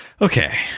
Okay